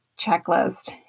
checklist